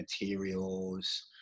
materials